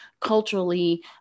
culturally